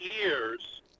years